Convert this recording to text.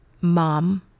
mom